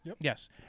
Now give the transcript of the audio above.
Yes